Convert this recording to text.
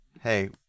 Hey